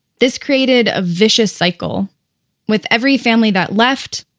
this created a vicious cycle with every family that left,